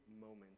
moment